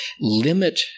limit